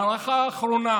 במערכה האחרונה